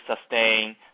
sustain